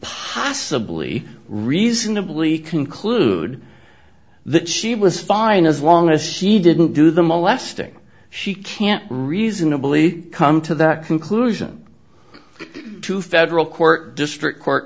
possibly reasonably conclude that she was fine as long as she didn't do them a lasting she can't reasonably come to that conclusion to federal court district court